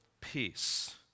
peace